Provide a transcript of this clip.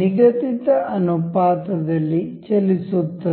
ನಿಗದಿತ ಅನುಪಾತದಲ್ಲಿ ಚಲಿಸುತ್ತದೆ